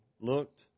looked